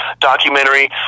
documentary